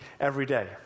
everyday